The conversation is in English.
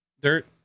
Dirt